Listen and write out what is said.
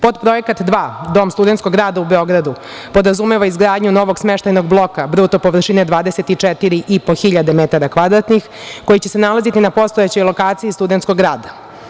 Potprojekat dva, Dom Studentskog grada u Beogradu podrazumeva izgradnju novog smeštajnog bloka bruto površine 24.500 metara kvadratnih koji će se nalaziti na postojećoj lokaciji Studentskog grada.